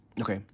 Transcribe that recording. Okay